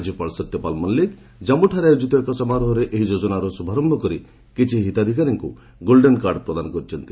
ରାଜ୍ୟପାଳ ସତ୍ୟପାଲ ମଲିକ ଜାମ୍ମଠାରେ ଆୟୋଜିତ ଏକ ସମାରୋହରେ ଏହି ଯୋଜନାର ଶୁଭାରମ୍ଭ କରି କିଛି ହିତାଧିକାରୀଙ୍କୁ ଗୋଲ୍ଡେନ୍ କାର୍ଡ ପ୍ରଦାନ କରିଛନ୍ତି